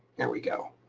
there we go.